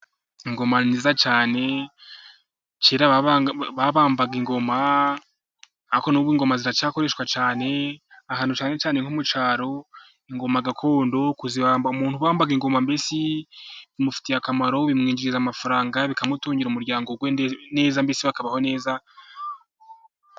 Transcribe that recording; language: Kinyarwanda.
Ingoma nziza cyane, kera babambaga ingoma, ariko nubu ingoma ziracyakoreshwa cyane, ahantu cyane cyane nko mu cyaro, ingoma gakondo, kuzibamba umuntu wambaga ingoma mbese, bimufitiye akamaro bimwinjiriza amafaranga, bikamutungira umuryango we neza.